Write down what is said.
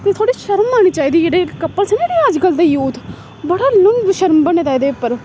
ते थोह्ड़ी शर्म आनी चाहिदी जेह्ड़े कपल्स न जेह्ड़े अज्जकल दे यूथ बड़ा लुंब शर्म बने दा एह्दे उप्पर